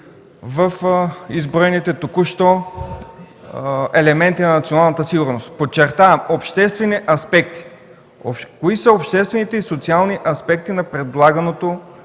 в изброените току-що елементи на националната сигурност. Подчертавам, обществени аспекти. Кои са обществените и социални аспекти на предлаганото